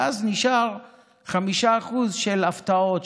ואז נשארו 5% של הפתעות,